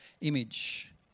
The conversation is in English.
image